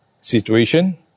situation